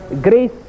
grace